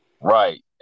Right